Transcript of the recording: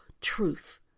truth